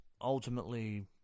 ultimately